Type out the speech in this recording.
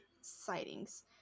sightings